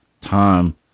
time